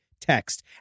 text